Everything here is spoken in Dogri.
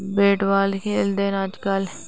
बेट बाल खेलदे ना अजकल